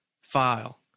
file